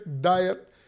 diet